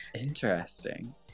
Interesting